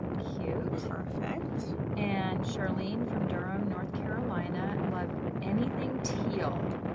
cute. perfect. and charlene from durham, north carolina, loves anything teal.